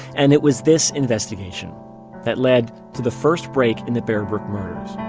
and it was this investigation that led to the first break in the bear brook murders,